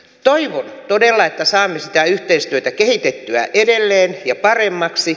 toivon todella että saamme sitä yhteistyötä kehitettyä edelleen ja paremmaksi